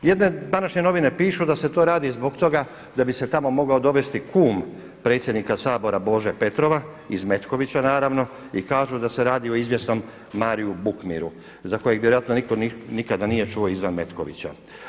Jedne današnje novine pišu da se to radi zbog toga da bi se tamo mogao dovesti kum predsjednika Sabora Bože Petrova iz Metkovića naravno i kažu da se radi o izvjesnom Mariu Bukmiru za kojeg vjerojatno nitko nikada nije čuo izvan Metkovića.